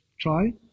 try